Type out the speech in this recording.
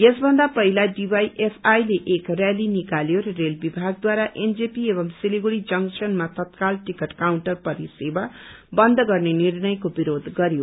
यसभन्दा पहिला डीवाईएफआईले एक रैली निकाल्यो र रेल विभागद्वारा एनजेपी एवं सिलगढ़ी जंक्शनमा तत्काल टिकट काउन्टर परिसेवा बन्द गर्ने निर्णयको विरोध गरयो